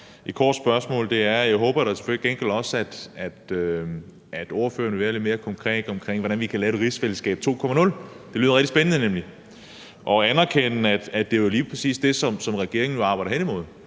også, at ordføreren til gengæld vil være lidt mere konkret om, hvordan vi kan lave et rigsfællesskab 2.0 – det lyder nemlig rigtig spændende – og anerkende, at det jo lige præcis er det, som regeringen arbejder hen imod;